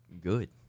Good